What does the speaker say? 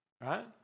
right